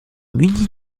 muni